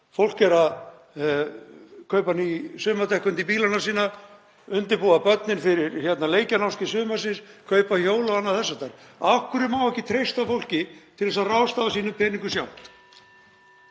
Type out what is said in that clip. Fólk er að kaupa ný sumardekk undir bílana sína, undirbúa börnin fyrir leikjanámskeið sumarsins, kaupa hjól og annað þess háttar. Af hverju má ekki treysta fólki til að ráðstafa sínum peningum sjálft?